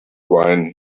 wine